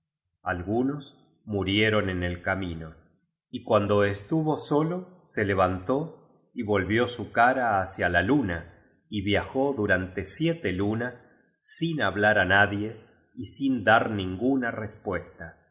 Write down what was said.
algunos murieron en el camino y cuando estuvo solo se levantó y volvió su caa hacia la luna y viajó durante siete lunas sin hablar á nadie y sin dar nin guna respuesta